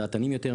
דעתנים יותר,